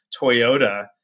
Toyota